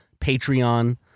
Patreon